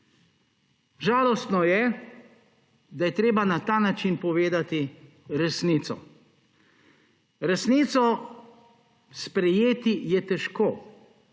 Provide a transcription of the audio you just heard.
Žalostno je, da je treba na ta način povedati resnico. Resnico sprejeti je težko,